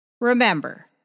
Remember